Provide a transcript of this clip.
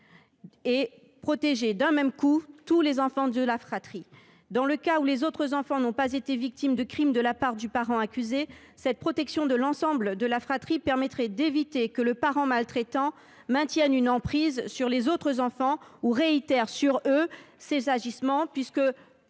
protégés du même coup. Dans le cas où les autres enfants n’ont pas été victimes de crime de la part du parent accusé, la protection de l’ensemble de la fratrie permettrait d’éviter que le parent maltraitant ne maintienne son emprise sur les autres enfants ou ne réitère sur eux ses agissements passés